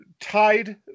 tied